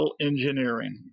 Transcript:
engineering